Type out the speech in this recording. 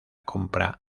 compra